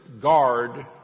guard